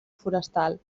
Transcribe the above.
forestal